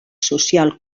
social